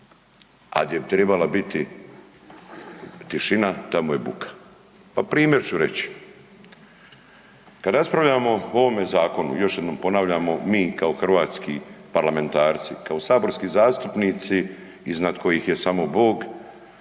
a gdje bi trebala biti tišina tamo je buka. Pa primjer ću reći, kad raspravljamo o ovome zakonu još jednom ponavljamo mi kao hrvatski parlamentarci, kao saborski zastupnici iznad kojih je samo Bog